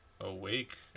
awake